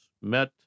met